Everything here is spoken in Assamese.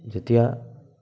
যেতিয়া